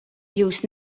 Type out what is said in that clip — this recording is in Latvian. jūs